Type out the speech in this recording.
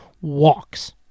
walks